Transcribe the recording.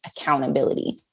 accountability